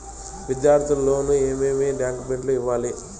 విద్యార్థులు లోను ఏమేమి డాక్యుమెంట్లు ఇవ్వాలి?